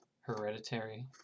Hereditary